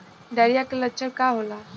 Diarrhoea के लक्षण का होला?